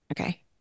okay